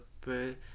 pray